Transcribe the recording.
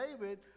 David